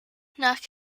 nach